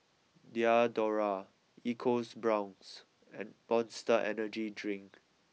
Diadora EcoBrown's and Monster Energy Drink